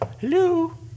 Hello